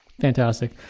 Fantastic